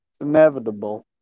inevitable